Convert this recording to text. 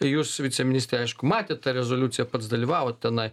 jūs viceministre aišku matėt tą rezoliuciją pats dalyvavot tenai